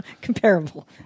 comparable